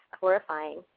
horrifying